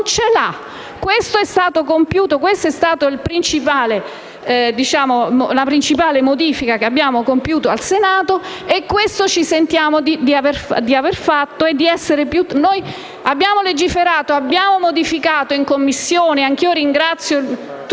non ce l'ha. Questa è stata la principale modifica che abbiamo apportato al Senato e questo ci sentiamo di aver fatto. Abbiamo legiferato e modificato il testo in Commissione. Anch'io ringrazio tutte